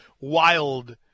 wild